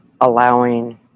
allowing